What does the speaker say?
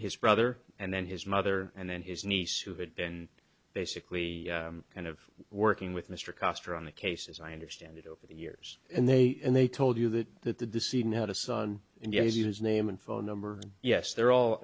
his brother and then his mother and then his niece who had been basically kind of working with mr coster on the case as i understand it over the years and they and they told you that that the decision had a son and using his name and phone number yes they're all